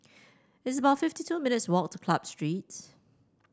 it's about fifty two minutes walk to Club Street